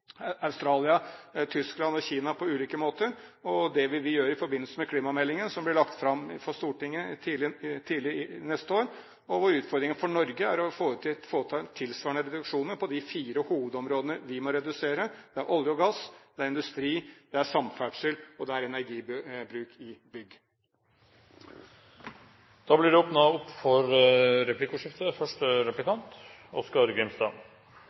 Australia, Tyskland og Kina på ulike måter. Det vil vi gjøre i forbindelse med klimameldingen som blir lagt fram for Stortinget tidlig neste år, hvor utfordringen for Norge er å foreta tilsvarende reduksjoner på de fire hovedområdene vi må redusere – det er olje og gass, det er industri, det er samferdsel, og det er energibruk i bygg. Det blir replikkordskifte.